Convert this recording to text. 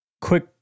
Quick